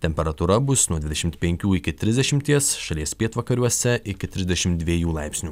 temperatūra bus nuo dvidešimt penkių iki trisdešimties šalies pietvakariuose iki trisdešim dviejų laipsnių